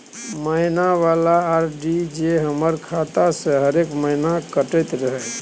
महीना वाला आर.डी जे हमर खाता से हरेक महीना कटैत रहे?